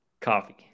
coffee